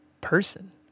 person